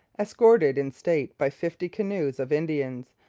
escorted in state by fifty canoes of indians,